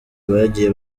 bagiye